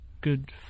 good